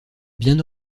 bien